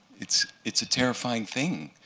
it's it's a terrifying thing.